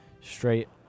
straight